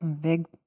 big